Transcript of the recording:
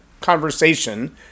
conversation